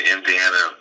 Indiana